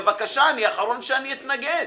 בבקשה, אני האחרון שאתנגד.